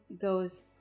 goes